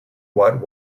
what